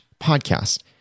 podcast